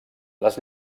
les